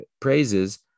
praises